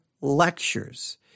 lectures